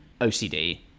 OCD